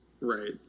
Right